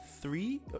three